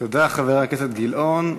תודה, חבר הכנסת גילאון.